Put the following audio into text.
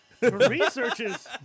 Researches